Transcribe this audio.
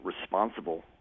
responsible